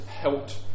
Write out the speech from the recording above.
helped